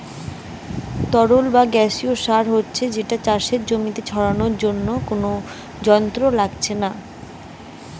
তরল বা গেসিও সার হচ্ছে যেটা চাষের জমিতে ছড়ানার জন্যে কুনো যন্ত্র লাগছে না